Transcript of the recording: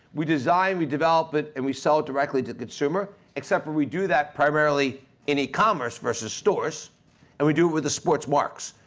we design, we develop it, and we sell it directly to the consumer except for we do that primarily in e-commerce versus stores and we do it with the sports marks.